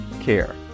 Care